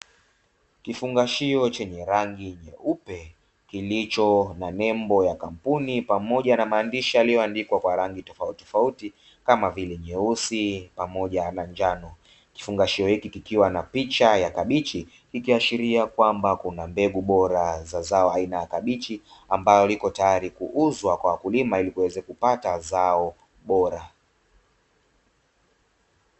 Kifungashio chenye rangi nyeupe, kilicho na nembo ya kampuni pamoja na maandishi yaliyoandikwa kwa rangi tofautitofauti, kama vile nyeusi pamoja na njano. Kifungashio hiki kikiwa na picha ya kabichi, kikiashiria kwamba kuna mbegu bora za zao la kabichi, ambalo lipo tayari kuuzwa kwa kulima ili waweze kupata zao bora.